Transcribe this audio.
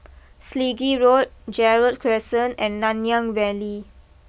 Selegie Road Gerald Crescent and Nanyang Valley